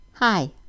Hi